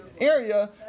area